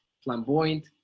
flamboyant